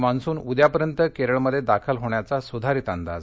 monsoon उद्यापर्यंत केरळमध्ये दाखल होण्याचा सुधारित अध्यज